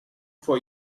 for